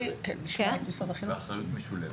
אחריות משולבת.